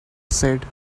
said